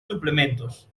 suplementos